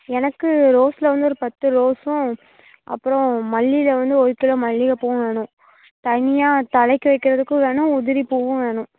எனக்கு ரோஸ்ல வந்து ஒரு பத்து ரோஸும் அப்புறம் மல்லியில வந்து ஒரு கிலோ மல்லிகைப்பூவும் வேணும் தனியாக தலைக்கு வைக்கிறதுக்கும் வேணும் உதிரி பூவும் வேணும்